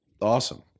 awesome